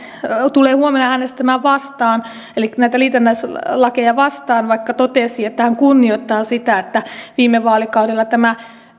tulee huomenna äänestämään vastaan eli näitä liitännäislakeja vastaan vaikka totesi että hän kunnioittaa sitä että viime vaalikaudella tämä